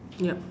yup